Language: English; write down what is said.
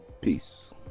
peace